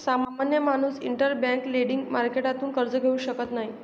सामान्य माणूस interbank lending मार्केटतून कर्ज घेऊ शकत नाही